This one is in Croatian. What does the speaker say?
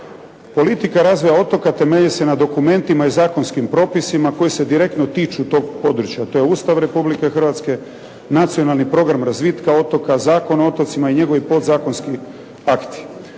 Politika razvoja otoka temelji se na dokumentima i zakonskim propisima koji se direktno tiču tog područja. To je Ustav Republike Hrvatske, Nacionalni program razvitka otoka, Zakon o otocima i njegovi podzakonski akti